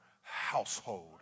household